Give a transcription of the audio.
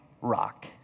rock